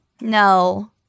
No